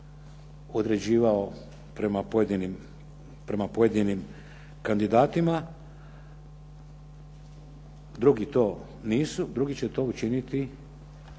određivao prema pojedinim kandidatima, drugi to nisu, drugi će to učiniti